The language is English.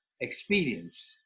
experience